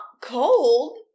cold